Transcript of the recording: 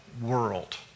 world